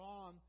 on